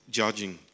judging